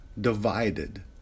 divided